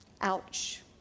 Ouch